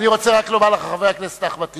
אני רוצה רק לומר לך, חבר הכנסת אחמד טיבי,